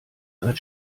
sein